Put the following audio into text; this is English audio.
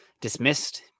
dismissed